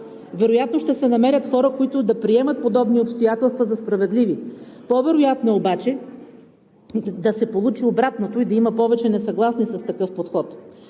Вероятно ще се намерят хора, които да приемат подобни обстоятелства за справедливи. По-вероятно е обаче да се получи обратното и да има повече несъгласни с такъв подход.